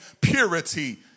purity